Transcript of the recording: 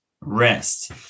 rest